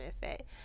benefit